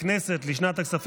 הכנסת,